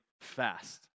fast